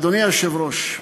אדוני היושב-ראש,